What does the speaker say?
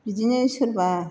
बिदिनो सोरबा